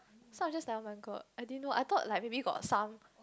so I'm just like oh-my-god I didn't know I thought like maybe got some